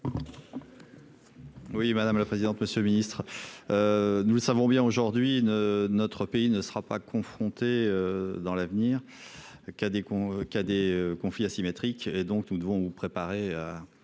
Oui madame la présidente. Monsieur le Ministre. Nous savons bien aujourd'hui notre pays ne sera pas confronté, dans l'avenir. Qui a des cons qui a des conflits asymétriques et donc nous devons nous préparer.